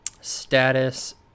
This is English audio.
status